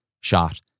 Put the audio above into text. shot